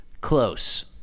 Close